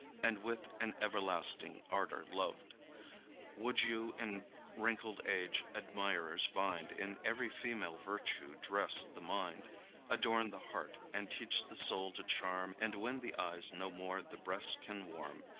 and with an everlasting ardor loved would you in wrinkled age, admirers find, in every female virtue dress the mind adorn the heart, and teach the soul to charm, and when the eyes no more the breast can warm,